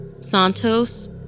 Santos